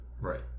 right